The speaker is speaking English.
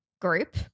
group